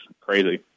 crazy